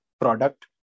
product